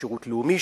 שירות לאומי,